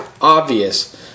obvious